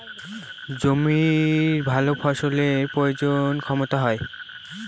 জমির ভালো ফসলের প্রজনন ক্ষমতা হয়